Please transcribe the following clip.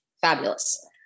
Fabulous